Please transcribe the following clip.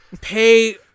pay